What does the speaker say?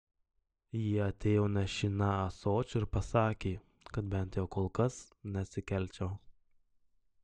ji atėjo nešina ąsočiu ir pasakė kad bent jau kol kas nesikelčiau